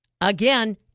Again